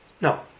no